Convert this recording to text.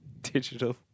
digital